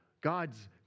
God's